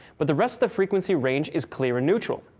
but the rest of the frequency range is clear and neutral.